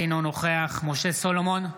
אינו נוכח משה סולומון,